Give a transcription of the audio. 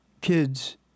kids